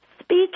Speech